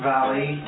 Valley